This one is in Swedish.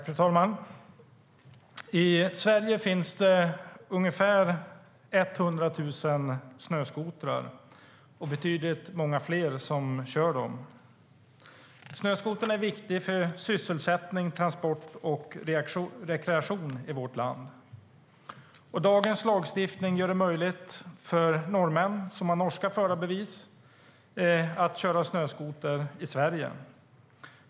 Fru talman! I Sverige finns det ungefär 100 000 snöskotrar och betydligt många fler som kör dem. Snöskotern är viktig för sysselsättning, transport och rekreation i vårt land. Dagens lagstiftning gör det möjligt för norrmän som har norska förarbevis att köra snöskoter i Sverige.